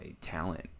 talent